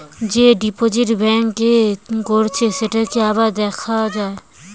যে deposit bank এ করেছে সেটাকে আবার দেখা যায়